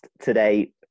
today